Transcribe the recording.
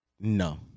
No